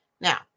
Now